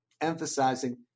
emphasizing